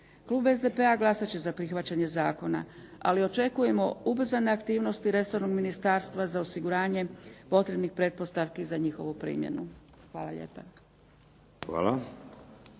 Klub SDP-a glasati će za prihvaćanje zakona, ali očekujemo ubrzane aktivnosti resornog ministarstva za osiguranje potrebnih pretpostavki za njihovu primjenu. Hvala lijepa.